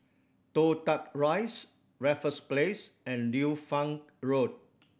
Toh Tuck Rise Raffles Place and Liu Fang Road